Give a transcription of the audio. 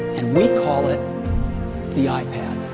and we call it the ah ipad